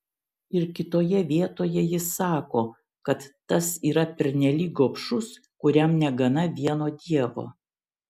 ir kitoje vietoje jis sako kad tas yra pernelyg gobšus kuriam negana vieno dievo